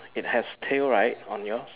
it has tail right on yours